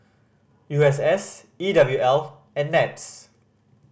U S S E W L and NETS